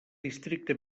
districte